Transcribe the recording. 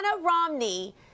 romney